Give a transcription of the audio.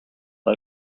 but